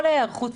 כל ההיערכות,